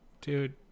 Dude